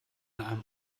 einem